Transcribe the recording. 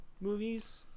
movies